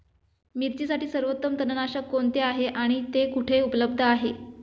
मिरचीसाठी सर्वोत्तम तणनाशक कोणते आहे आणि ते कुठे उपलब्ध आहे?